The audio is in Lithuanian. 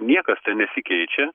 niekas ten nesikeičia